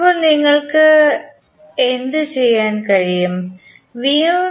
ഇപ്പോൾ നിങ്ങൾക്ക് എന്തുചെയ്യാൻ കഴിയും